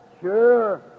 sure